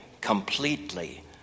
completely